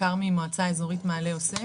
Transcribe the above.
בעיקר ממועצה אזורית מעלה יוסף,